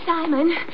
Simon